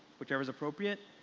whichever is appropriate.